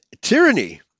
tyranny